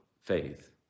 faith